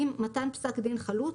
עם מתן פסק דין חלוט,